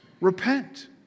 Repent